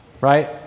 right